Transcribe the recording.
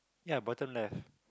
ya bottom left